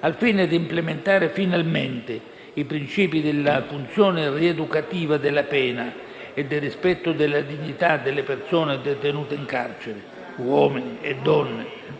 al fine di implementare finalmente i principi della funzione rieducativa della pena e del rispetto della dignità delle persone detenute in carcere (uomini,